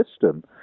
system